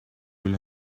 will